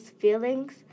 feelings